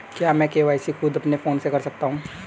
क्या मैं के.वाई.सी खुद अपने फोन से कर सकता हूँ?